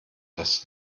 das